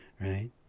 right